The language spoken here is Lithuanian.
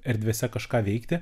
erdvėse kažką veikti